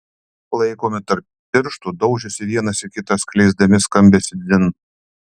laikomi tarp pirštų daužėsi vienas į kitą skleisdami skambesį dzin